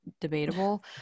debatable